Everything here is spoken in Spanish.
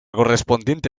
correspondiente